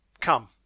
Come